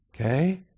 Okay